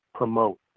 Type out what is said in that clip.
promote